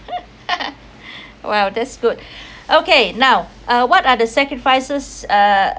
!wow! that’s good okay now uh what are the sacrifices uh